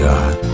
God